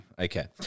Okay